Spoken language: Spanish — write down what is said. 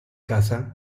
caza